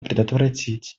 предотвратить